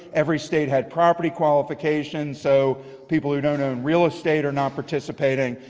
every state had property qualifications, so people who don't own real estate are not participating.